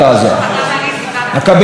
הקבינט שמע את זה,